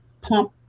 pump